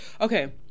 Okay